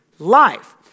life